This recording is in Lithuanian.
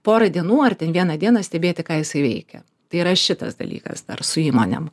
porą dienų ar ten vieną dieną stebėti ką jisai veikia tai yra šitas dalykas dar su įmonėm